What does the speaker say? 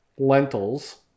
Lentils